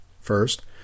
First